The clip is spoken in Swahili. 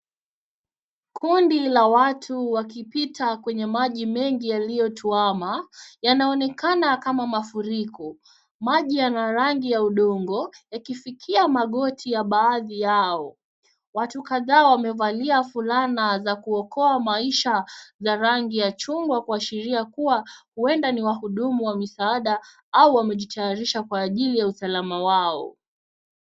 Kundi la watu wakipita kwenye maji mengi yaliyotuwama, yanaonekana kama mafuriko. Maji yana rangi ya udongo yakifikia magoti ya baadhi yao. Watu kadhaa wamevalia fulana za kuokoa maisha ya rangi ya chungwa kuashiria kuwa huenda ni wahudumu wa msaada ama wamejitayarisha kwa ajili ya usalama wao.